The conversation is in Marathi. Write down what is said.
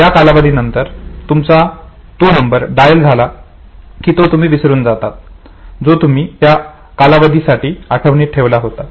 त्या कालावधीनंतर एकदा तुमचा तो नंबर डायल झाला की तो तुम्ही विसरून जातात जो तुम्ही त्या कालावधीसाठी आठवणीत ठेवला होता